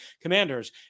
Commanders